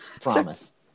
Promise